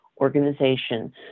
organization